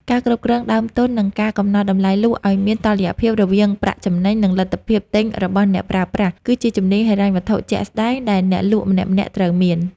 ការគ្រប់គ្រងដើមទុន និងការកំណត់តម្លៃលក់ឱ្យមានតុល្យភាពរវាងប្រាក់ចំណេញ និងលទ្ធភាពទិញរបស់អ្នកប្រើប្រាស់ គឺជាជំនាញហិរញ្ញវត្ថុជាក់ស្ដែងដែលអ្នកលក់ម្នាក់ៗត្រូវមាន។